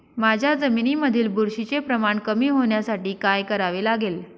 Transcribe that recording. माझ्या जमिनीमधील बुरशीचे प्रमाण कमी होण्यासाठी काय करावे लागेल?